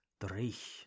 drich